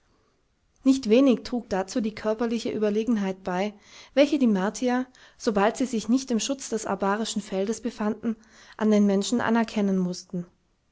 nicht wenig trug dazu die körperliche überlegenheit bei welche die martier sobald sie sich nicht im schutz des abarischen feldes befanden an den menschen anerkennen mußten